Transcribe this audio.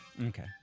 Okay